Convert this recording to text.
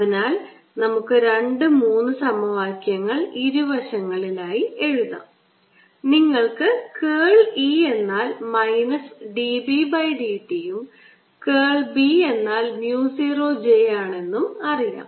അതിനാൽ നമുക്ക് രണ്ട് മൂന്ന് സമവാക്യങ്ങൾ ഇരുവശങ്ങളിലായി എഴുതാം നിങ്ങൾക്ക് കേൾ E എന്നാൽ minus d B by dt ഉം കേൾ B എന്നാൽ mu 0 J ആണെന്നും അറിയാം